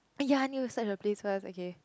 oh ya I need to search the place first okay